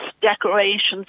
decorations